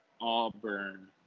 Auburn